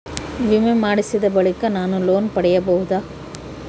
ವಿಮೆ ಮಾಡಿಸಿದ ಬಳಿಕ ನಾನು ಲೋನ್ ಪಡೆಯಬಹುದಾ?